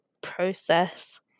process